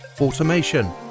automation